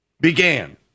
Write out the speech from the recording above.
began